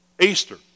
Easter